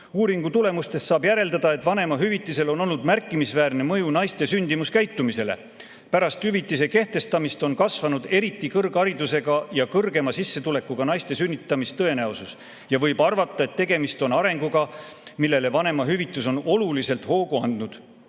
Uuringu tulemustest saab järeldada, et vanemahüvitisel on olnud märkimisväärne mõju naiste sündimuskäitumisele. Pärast hüvitise kehtestamist on kasvanud eriti kõrgharidusega ja kõrgema sissetulekuga naiste sünnitamistõenäosus ja võib arvata, et tegemist on arenguga, millele vanemahüvitis on oluliselt hoogu andnud.